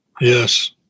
Yes